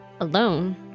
alone